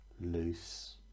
Loose